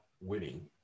winning